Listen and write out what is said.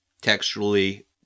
textually